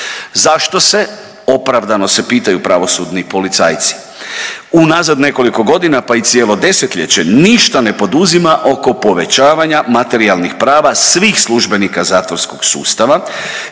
Zašto se, opravdano se pitanju pravosudni policajci unazad nekoliko godina, pa i cijelo desetljeće ništa ne poduzima oko povećavanja materijalnih prava svih službenika zatvorskog sustava